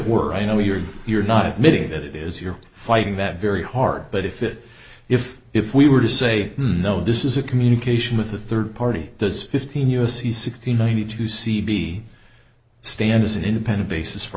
were i know you're you're not admitting that it is you're fighting that very hard but if it if if we were to say no this is a communication with a third party does fifteen u s c sixteen ninety two c b stand as an independent basis for